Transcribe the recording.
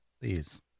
please